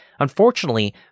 Unfortunately